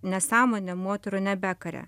nesąmonė moterų nebekaria